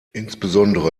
insbesondere